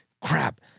crap